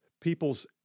people's